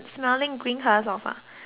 dogs ah ya have